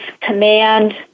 command